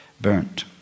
burnt